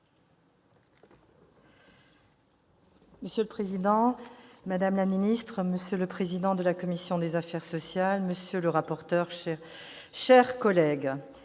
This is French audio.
Monsieur le président, madame la ministre, monsieur le vice-président de la commission des affaires sociales, monsieur le rapporteur, mes chers collègues,